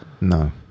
No